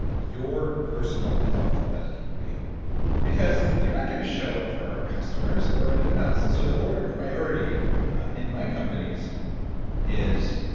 your personal health as a human being because you're not gonna show up for our customers or anyone else, so the order of priority in my companies is